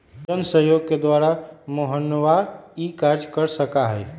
जनसहयोग के द्वारा मोहनवा ई कार्य कर सका हई